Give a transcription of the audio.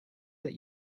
that